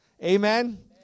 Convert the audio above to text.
Amen